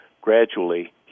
Gradually